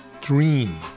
dream